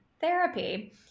therapy